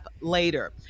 later